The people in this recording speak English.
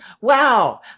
Wow